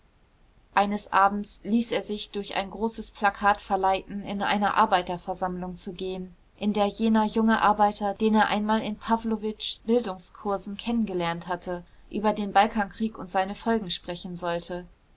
eines abends ließ er sich durch ein großes plakat verleiten in eine arbeiterversammlung zu gehen in der jener junge arbeiter den er einmal in pawlowitschs bildungskursen kennen gelernt hatte über den balkankrieg und seine folgen sprechen sollte